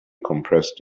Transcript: compressed